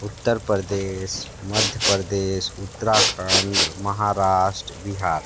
Uttar Pradesh Madhya Pradesh Uttarakhand Maharashtra Bihar